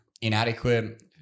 inadequate